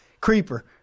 creeper